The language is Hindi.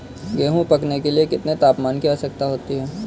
गेहूँ पकने के लिए कितने तापमान की आवश्यकता होती है?